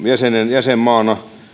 jäsenmaana